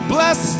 Bless